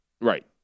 Right